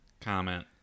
comment